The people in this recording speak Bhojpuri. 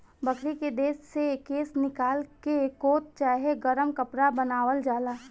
बकरी के देह से केश निकाल के कोट चाहे गरम कपड़ा बनावल जाला